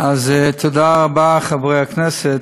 תודה רבה, חברי הכנסת.